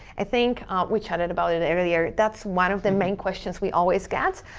i think we chatted about it earlier. that's one of the main questions we always get.